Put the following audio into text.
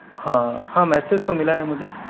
ہاں ہاں میسیز تو ملا ہے مجھے